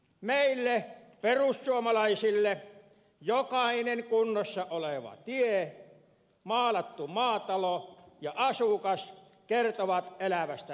meille perussuomalaisille jokainen kunnossa oleva tie maalattu maatalo ja asukas kertovat elävästä maaseudusta